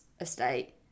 estate